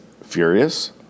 furious